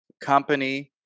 company